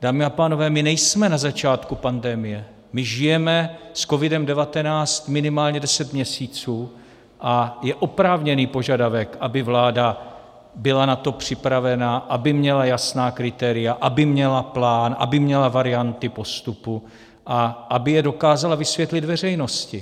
Dámy a pánové, my nejsme na začátku pandemie, my žijeme s COVID19 minimálně deset měsíců a je oprávněný požadavek, aby vláda byla na to připravena, aby měla jasná kritéria, aby měla plán, aby měla varianty postupu a aby je dokázala vysvětlit veřejnosti.